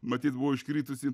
matyt buvo iškritusi